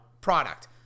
product